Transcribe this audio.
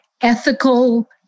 ethical